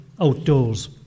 outdoors